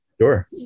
Sure